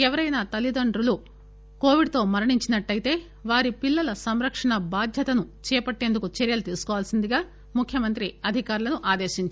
ఎవరైనా తల్లిదండ్రుల కోవిడ్ తో మరణించినట్లెతే వారి పిల్లల సంరక్షణ బాధ్యతను చేపట్టేందుకు చర్యలు తీసుకోవల్సిందిగా ముఖ్యమంత్రి అధికారులను ఆదేశించారు